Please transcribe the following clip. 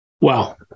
Wow